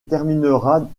terminera